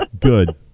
Good